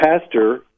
pastor